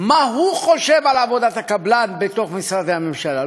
מה הוא חושב על עבודת הקבלן בתוך משרדי הממשלה,